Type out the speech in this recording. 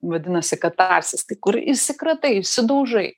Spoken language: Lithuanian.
vadinasi katarsis tai kur išsikratai išsidaužai